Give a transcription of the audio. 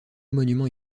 monument